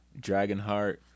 Dragonheart